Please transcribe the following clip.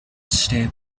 stay